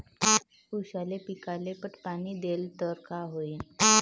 ऊस या पिकाले पट पाणी देल्ल तर काय होईन?